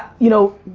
you know,